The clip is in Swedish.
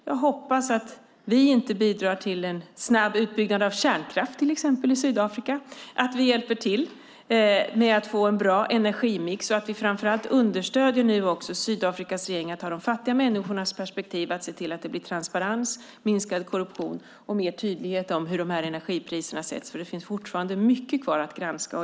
Jag hoppas att vi inte bidrar till en snabb utbyggnad av kärnkraft i Sydafrika till exempel och att vi hjälper till med att få en bra energimix, så att vi framför allt understöder Sydafrikas regering att ta de fattiga människornas perspektiv och se till att det blir transparens, minskad korruption och mer tydlighet om hur energipriserna sätts, för det finns fortfarande mycket kvar att granska.